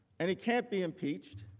and it cannot be impeached,